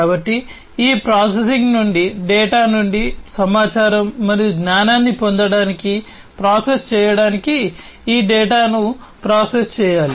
కాబట్టి ఈ ప్రాసెసింగ్ నుండి డేటా నుండి సమాచారం మరియు జ్ఞానాన్ని పొందడానికి ప్రాసెస్ చేయడానికి ఈ డేటాను ప్రాసెస్ చేయాలి